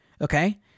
okay